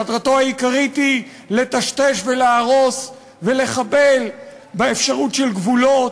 מטרתו העיקרית היא לטשטש ולהרוס ולחבל באפשרות של גבולות,